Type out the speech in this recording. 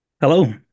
Hello